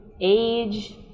age